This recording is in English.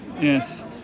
Yes